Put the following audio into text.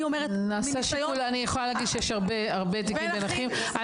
אני אומרת מניסיון --- אני יכולה להגיד שיש הרבה תיקים בין אחים.